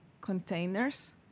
containers